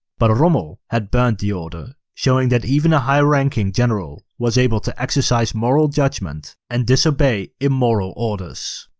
but rommel had burned the order, showing that even a high-ranking general was able to exercise moral judgement and disobey immoral order. so